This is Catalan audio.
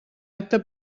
acte